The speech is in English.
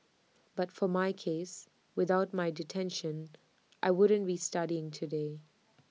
but for my case without my detention I wouldn't be studying today